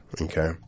Okay